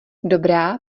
dobrá